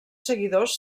seguidors